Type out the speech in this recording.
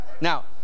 Now